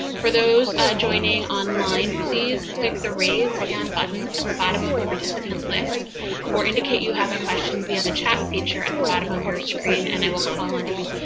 for those joining online, please click the raise hand button at the bottom of the participant list or indicate you have a question via the chat feature at the bottom of your screen, and i will call on you.